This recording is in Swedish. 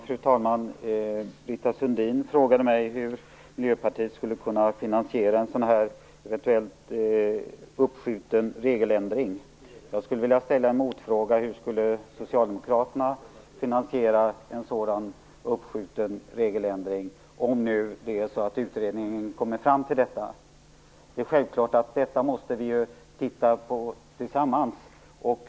Fru talman! Britta Sundin frågade mig hur Miljöpartiet skulle kunna finansiera en eventuellt uppskjuten regeländring. Jag skulle vilja ställa en motfråga: Hur skulle Socialdemokraterna finansiera en sådan uppskjuten regeländring, om nu utredningen kommer fram till det? Det är självklart att vi måste se över detta tillsammans.